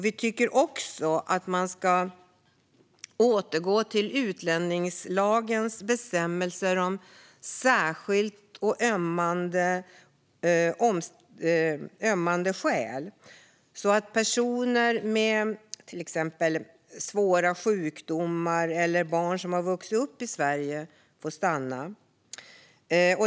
Vi tycker också att man ska återgå till utlänningslagens bestämmelser om särskilda och ömmande skäl, så att personer med till exempel svåra sjukdomar eller barn som har vuxit upp i Sverige får stanna.